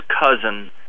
cousin